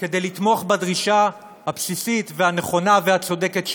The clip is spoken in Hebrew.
כדי לתמוך בדרישה הבסיסית, הנכונה והצודקת שלהם.